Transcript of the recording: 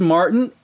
Martin